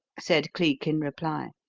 said cleek in reply.